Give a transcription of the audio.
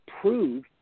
prove